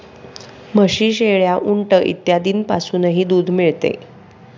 म्हशी, शेळ्या, उंट इत्यादींपासूनही दूध मिळते